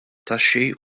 taxxi